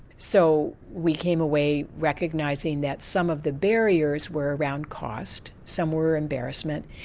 so we came away recognising that some of the barriers were around cost, some were embarrassment,